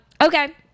okay